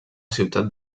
ciutat